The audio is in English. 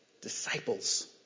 disciples